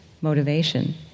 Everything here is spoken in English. motivation